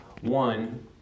One